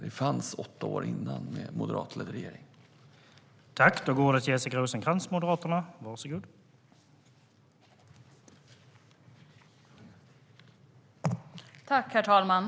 Det fanns åtta år innan med en moderatledd regering.